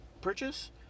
purchase